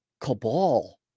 cabal